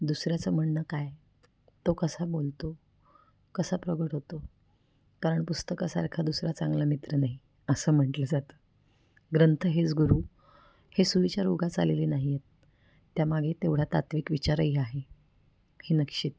दुसऱ्याचं म्हणणं काय तो कसा बोलतो कसा प्रकट होतो कारण पुस्तकासारखा दुसरा चांगला मित्र नाही असं म्हटलं जातं ग्रंथ हेच गुरु हे सुविचार उगाच आलेले नाही आहेत त्यामागे तेवढा तात्विक विचारही आहे ही नक्षीत